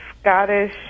Scottish